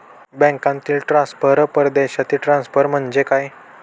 बँकांतील ट्रान्सफर, परदेशातील ट्रान्सफर म्हणजे काय?